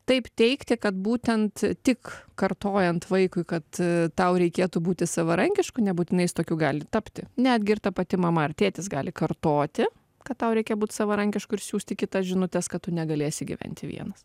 taip teigti kad būtent tik kartojant vaikui kad tau reikėtų būti savarankišku nebūtinai jis tokiu gali tapti netgi ir ta pati mama ar tėtis gali kartoti kad tau reikia būt savarankišku ir siųsti kitas žinutes kad tu negalėsi gyventi vienas